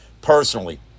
personally